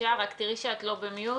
תראי שאת לא במיוט.